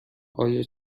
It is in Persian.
آیا